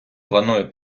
планує